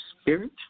spirit